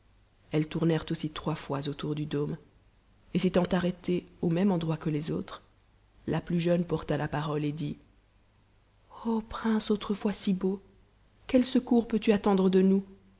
elles tournèrent aussi trois fois autour du dôme et s'étant arrêtées au même endroit que les autres la plus jeune porta la parole et dit prince autrefois si beau quel secours peux-tu attendre de nous